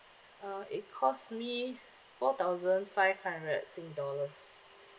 uh it cost me four thousand five hundred sing dollars